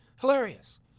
Hilarious